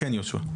כן, יהושע.